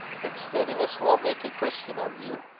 but steadiness won't make a christian of you.